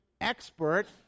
expert